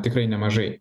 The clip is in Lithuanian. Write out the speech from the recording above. tikrai nemažai